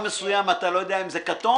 מסוים אתה לא יודע אם זה כתום,